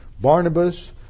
Barnabas